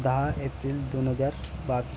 दहा एप्रिल दोन हजार बावीस